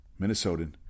Minnesotan